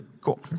Cool